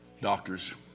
Doctors